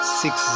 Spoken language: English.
six